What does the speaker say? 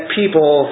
people